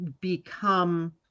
become